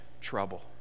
trouble